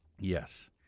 Yes